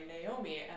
Naomi